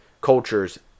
cultures